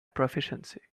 proficiency